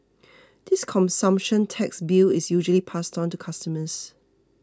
this consumption tax bill is usually passed on to customers